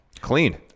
Clean